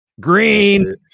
green